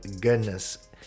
goodness